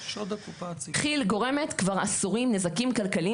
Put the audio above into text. כי"ל גורמת כבר עשורים נזקים כלכליים